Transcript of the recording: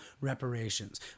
reparations